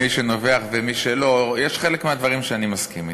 מי שנובח ומי שלא יש חלק מהדברים שאני מסכים אתך.